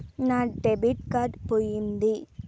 నా debit card పోయింది